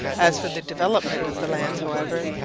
as for the development of the lands, however,